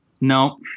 No